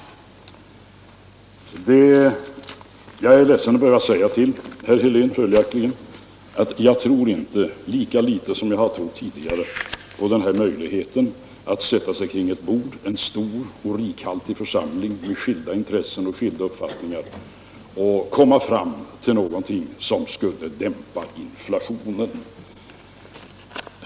Jag är ledsen att behöva säga till herr Helén att jag lika litet som tidigare tror på möjligheten att sätta sig kring ett bord — en stor församling med skilda intressen och skilda uppfattningar — och komma fram till någonting som skall dämpa inflationen.